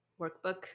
workbook